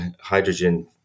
hydrogen